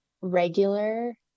regular